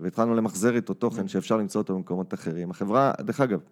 והתחלנו למחזר את התוכן שאפשר למצוא אותו במקומות אחרים, החברה דרך אגב